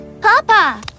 Papa